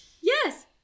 Yes